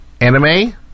anime